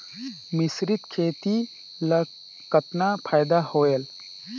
मिश्रीत खेती ल कतना फायदा होयल?